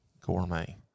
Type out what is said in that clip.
Gourmet